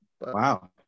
Wow